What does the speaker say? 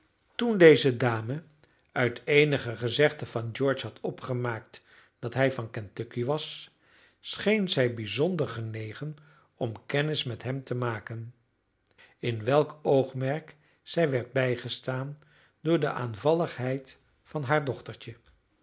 toen deze dame uit eenige gezegden van george had opgemaakt dat hij van kentucky was scheen zij bijzonder genegen om kennis met hem te maken in welk oogmerk zij werd bijgestaan door de aanvalligheid van haar dochtertje